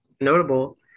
notable